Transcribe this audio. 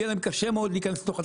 יהיה להם קשה מאוד להיכנס לתוך התחום.